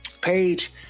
Page